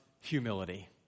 humility